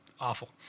awful